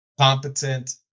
competent